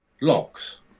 locks